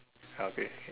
ah okay